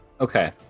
Okay